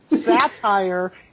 satire